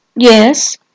Yes